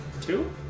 Two